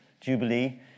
jubilee